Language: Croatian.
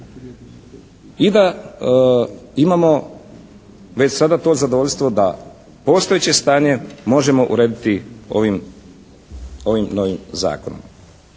i da imamo već sada to zadovoljstvo da postojeće stanje možemo urediti ovim novim zakonom.